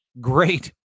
Great